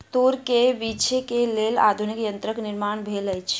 तूर के बीछै के लेल आधुनिक यंत्रक निर्माण भेल अछि